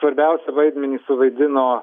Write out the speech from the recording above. svarbiausią vaidmenį suvaidino